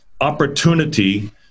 opportunity